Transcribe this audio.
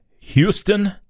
Houston